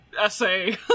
essay